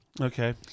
Okay